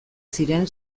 ziren